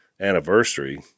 anniversary